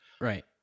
Right